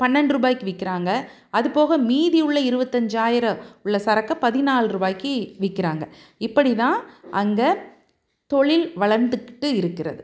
பன்னெண்டு ருபாய்க்கு விற்கிறாங்க அது போக மீதி உள்ளே இருபத்தஞ்சாயிரம் உள்ளே சரக்கை பதினால் ரூபாய்க்கு விற்கிறாங்க இப்படி தான் அங்கே தொழில் வளர்ந்துக்கிட்டு இருக்கின்றது